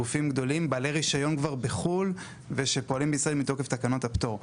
גופים גדולים בעלי רישיון כבר בחו"ל ושפועלים בישראל מתוקף תקנות הפטור.